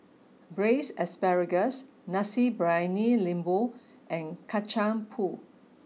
braised asparagus Nasi Briyani Lembu and Kacang pool